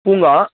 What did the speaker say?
பூங்கா